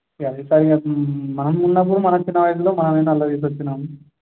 ఇక అది సార్ ఇక మనం ఉన్నప్పుడు మనం చిన్న వయసులో మనం ఎన్నో అల్లరి చేసి వచ్చినాము